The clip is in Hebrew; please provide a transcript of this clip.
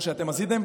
הוא מגיע.